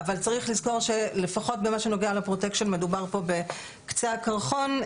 אבל צריך לזכור שלפחות במה שנוגע לפרוטקשן מדובר על קצה הקרחון.